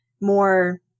more